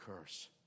curse